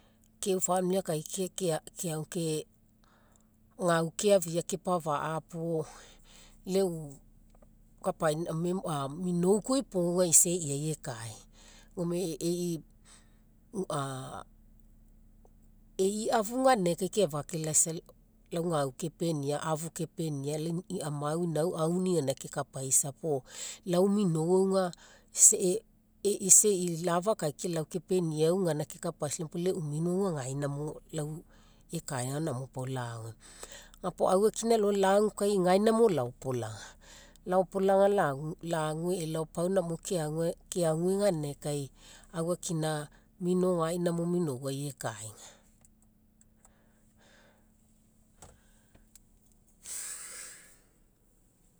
Ke e'u famili akaikia keague ke gau keafia kapafa'a puo. leu minou koa iopoga aga isa e'iai ekae. Gome e'i e'i afu ganinagai kefake laisa gau kepenia afua kepenia lau amau inau auni gaina kekapaisa puo. Lau minou aga, isa e'i love akaikia lau kepeniau gaina kekapaisa puo leu mino aga gaina lau ekaega namo laagu. Ga puo aufakina alogai laagu kai gaina mo laopolaga, laopolaga laague elao pau namo keague ganinagai kai aufakina mino gaina mo minouai mo ekae.